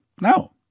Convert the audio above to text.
No